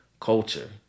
culture